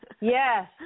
yes